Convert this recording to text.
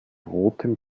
rotem